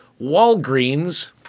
Walgreens